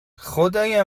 خدای